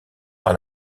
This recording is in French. par